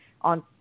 on